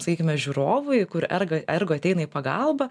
sakykime žiūrovui kur erga ergo ateina į pagalbą